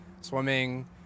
swimming